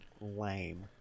lame